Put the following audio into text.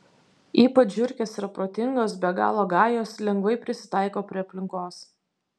ypač žiurkės yra protingos be galo gajos lengvai prisitaiko prie aplinkos